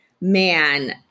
Man